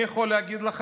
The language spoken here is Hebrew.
אני יכול להגיד לך,